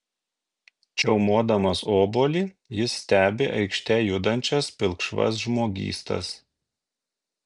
čiaumodamas obuolį jis stebi aikšte judančias pilkšvas žmogystas